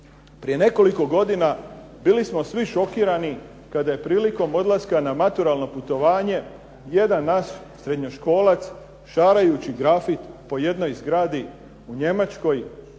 Prije nekoliko godina bili smo svi šokirani kada je prilikom odlaska na maturalno putovanje jedan naš srednjoškolac šarajući grafit po jednoj zgradi u Njemačkoj